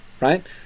Right